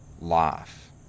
life